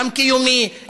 גם קיומי,